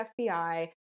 fbi